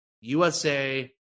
USA